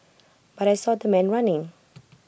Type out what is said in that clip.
but I saw the man running